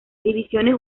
divisiones